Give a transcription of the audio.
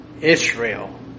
Israel